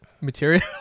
material